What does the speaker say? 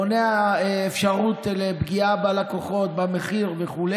מונע אפשרות לפגיעה בלקוחות, במחיר וכו',